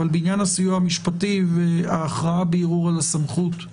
אבל בעניין הסיוע המשפטי וההכרעה בערעור על הסמכות,